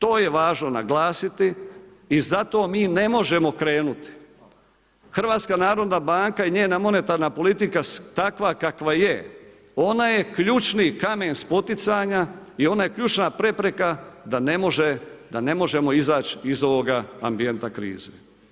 To je važno naglasiti i zato mi ne možemo krenuti, HNB i njena monetarna politika, takva kakva je ona je ključni kamen s poticanja i ona je ključna prepreka da ne možemo izaći iz ovoga ambijenta krize.